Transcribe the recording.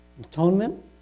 Atonement